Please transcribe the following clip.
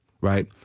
right